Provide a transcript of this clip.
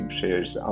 shares